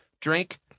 drink